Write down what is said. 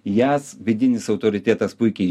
jas vidinis autoritetas puikiai